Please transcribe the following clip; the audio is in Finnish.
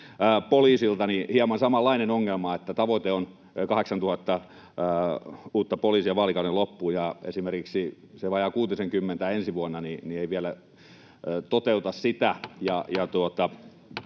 poliisilta hieman samanlainen ongelma, että tavoite on 8 000 poliisia vaalikauden loppuun ja esimerkiksi se vajaa kuutisenkymmentä ensi vuonna ei vielä toteuta sitä.